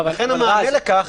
לכן המענה לכך